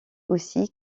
aussi